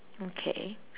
okay